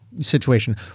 situation